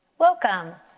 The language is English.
welcome.